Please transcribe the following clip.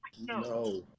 No